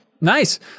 Nice